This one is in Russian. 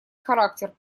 характер